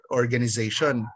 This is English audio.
organization